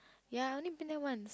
ya I only been there once